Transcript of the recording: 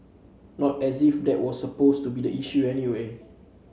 not as if that was supposed to be the issue anyway